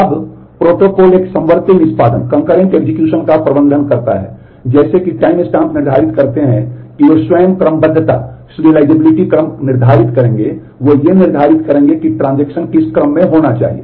अब प्रोटोकॉल एक समवर्ती निष्पादन किस क्रम में होना चाहिए